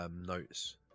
notes